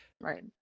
right